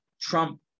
Trump